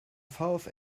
vfl